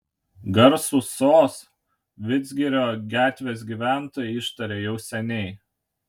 garsų sos vidzgirio gatvės gyventojai ištarė jau seniai